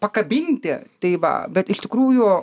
pakabinti tai va bet iš tikrųjų